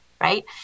right